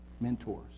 mentors